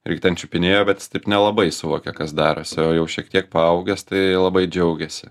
irgi ten čiupinėjo bet jis taip nelabai suvokė kas darosi o jau šiek tiek paaugęs tai labai džiaugiasi